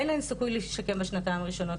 אין להן סיכוי להשתקם בשנתיים הראשונות,